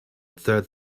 third